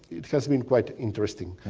it has been quite interesting.